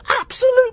absolute